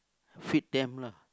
feed them lah